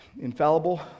Infallible